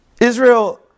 Israel